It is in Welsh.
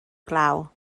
glaw